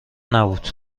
نبود